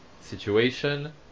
situation